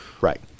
right